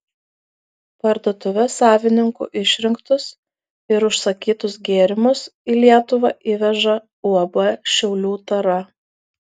parduotuvės savininkų išrinktus ir užsakytus gėrimus į lietuvą įveža uab šiaulių tara